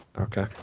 okay